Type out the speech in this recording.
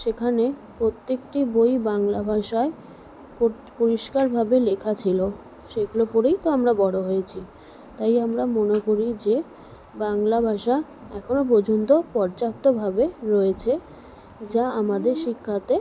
সেখানে প্রত্যেকটি বই বাংলা ভাষায় পরিষ্কারভাবে লেখা ছিল সেগুলো পড়েই তো আমরা বড়ো হয়েছি তাই আমরা মনে করি যে বাংলা ভাষা এখনো পর্যন্ত পর্যাপ্তভাবে রয়েছে যা আমাদের শিক্ষাতে